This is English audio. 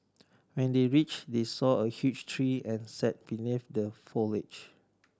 when they reached they saw a huge tree and sat beneath the foliage